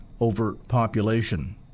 overpopulation